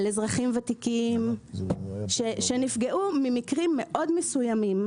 על אזרחים ותיקים שנפגעו ממקרים מאוד מסוימים,